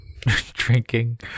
drinking